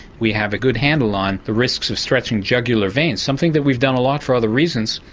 we have a good handle on the risks of stretching jugular veins, something that we've done a lot for other reasons,